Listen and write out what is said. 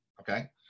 okay